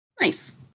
nice